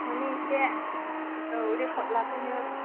माने इसे औ रिपर्ट लाफैनो